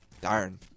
darn